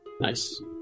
Nice